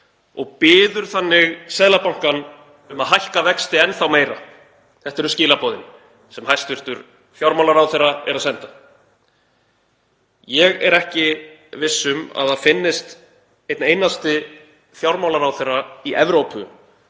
og biður þannig Seðlabankann um að hækka vexti enn þá meira. Þetta eru skilaboðin sem hæstv. ráðherra er að senda. Ég er ekki viss um að það finnist einn einasti fjármálaráðherra í Evrópu